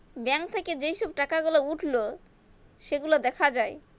bank থাক্যে যে সব টাকা গুলা উঠল সেগুলা দ্যাখা যায়